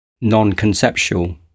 non-conceptual